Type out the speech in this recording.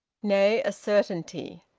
nay, a certainty!